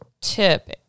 tip